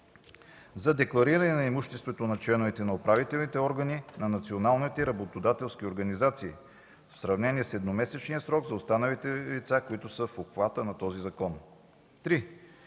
за деклариране на имуществото от членовете на управителните и контролни органи на националните работодателски организации, в сравнение с едномесечния срок – за останалите лица, които са в обхвата на този закон. 3.